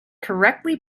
correctly